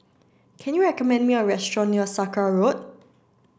can you recommend me a restaurant near Sakra Road